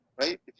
right